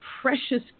precious